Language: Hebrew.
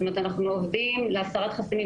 זאת אומרת, אנחנו עובדים להסרת חסמים.